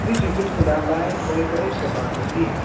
جی جی بالکل آپ آئیں کال کریں پھر بات ہوتی ہے